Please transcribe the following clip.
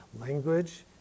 language